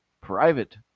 private